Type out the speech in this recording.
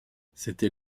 c’était